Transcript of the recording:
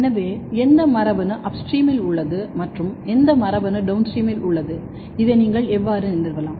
எனவே எந்த மரபணு அப்ஸ்ட்ரீமில் உள்ளது மற்றும் எந்த மரபணு டௌன்ஸ்ட்ரீமில் உள்ளது இதை நீங்கள் எவ்வாறு நிறுவலாம்